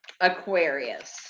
Aquarius